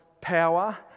power